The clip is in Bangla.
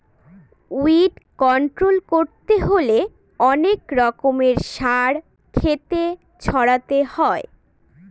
উইড কন্ট্রল করতে হলে অনেক রকমের সার ক্ষেতে ছড়াতে হয়